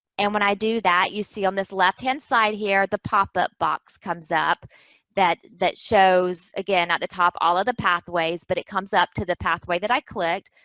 and when i do that, you see on this left hand side here the pop-up box comes up that that shows, again, at the top, all of the pathways, but it comes up to the pathway that i clicked,